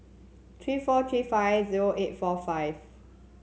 three four three five zero eight four five